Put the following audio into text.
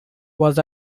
was